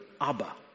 Abba